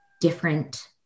different